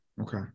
Okay